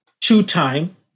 two-time